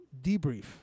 debrief